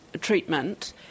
treatment